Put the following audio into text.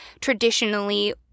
traditionally